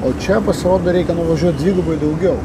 o čia pasirodo reikia nuvažiuot dvigubai daugiau